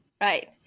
right